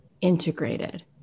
integrated